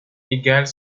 égalent